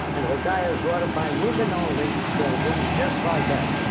and if a guy is brought up by women only, they'll move just like that.